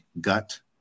gut